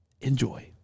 Enjoy